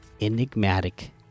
Enigmatic